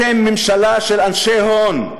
אתם ממשלה של אנשי הון,